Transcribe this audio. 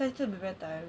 stand still be very tiring